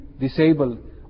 Disabled